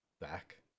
back